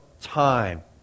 time